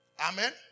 Amen